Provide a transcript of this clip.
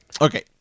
okay